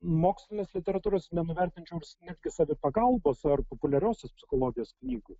mokslinės literatūros nenuvertinčiau netgi savipagalbos ar populiariosios psichologijos knygų